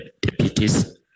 deputies